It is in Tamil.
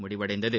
முடிவடைந்தது